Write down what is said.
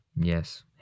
Yes